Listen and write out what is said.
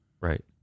Right